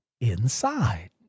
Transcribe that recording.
inside